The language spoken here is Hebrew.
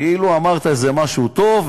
כאילו אמרת איזה משהו טוב,